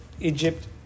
Egypt